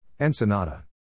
Ensenada